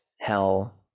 hell